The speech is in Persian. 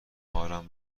کارم